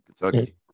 Kentucky